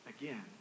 again